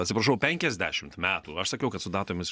atsiprašau penkiasdešimt metų aš sakiau kad su datomis